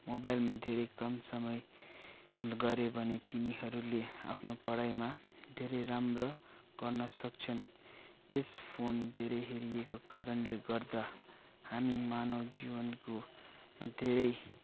मोबाइलमा धेरै कम समय गरे भने तिनीहरूले आफ्नो पढाइमा धेरै राम्रो गर्न सक्छन् यस फोन धेरै हेरिएको कारणले गर्दा हामी मानव जीवनको धेरै